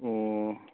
ꯑꯣ